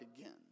again